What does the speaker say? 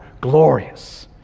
glorious